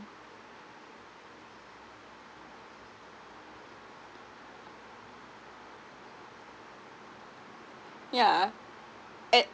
yeah at